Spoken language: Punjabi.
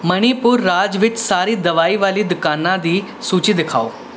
ਮਣੀਪੁਰ ਰਾਜ ਵਿੱਚ ਸਾਰੀ ਦਵਾਈ ਵਾਲੀ ਦੁਕਾਨਾਂ ਦੀ ਸੂਚੀ ਦਿਖਾਓ